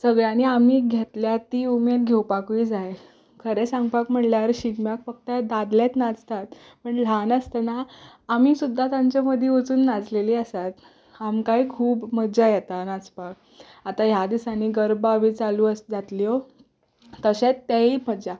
सगल्यांनी आमी घेतल्या ती उमेद घेवपाकूय जाय खरें सांगपाक म्हणल्यार शिगम्याक फक्त दादलेच नाचतात पूण ल्हान आसतना आमी सुद्दा तांचे मदीं वचून नाचलेली आसात आमकां खूब मजा येता नाचपाक आतां ह्या दिसांनी गर्बा बी चालू जातल्यो तशेंच तेयी मज्जा